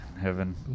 heaven